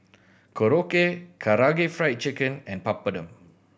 Korokke Karaage Fried Chicken and Papadum